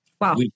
Wow